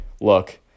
look